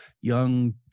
young